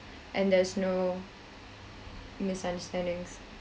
and there's no misunderstandings